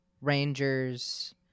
Rangers